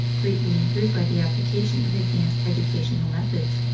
greatly improved by the application of advanced educational methods,